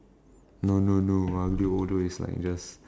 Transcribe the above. no no no Aglio-Olio is like just